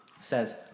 says